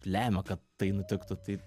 lemia kad tai nutiktų tai